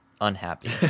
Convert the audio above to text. unhappy